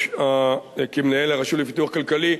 כמנהל הרשות לפיתוח כלכלי,